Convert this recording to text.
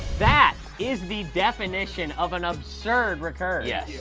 that is the definition of an absurd recurd. yes.